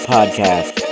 Podcast